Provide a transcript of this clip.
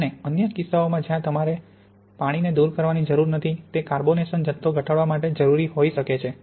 અને અન્ય કિસ્સાઓમાં જ્યાં તમારે પાણીને દૂર કરવાની જરૂર નથી તે કાર્બોનેશન જથ્થો ઘટાડવા માટે જરૂરી હોઈ શકે છે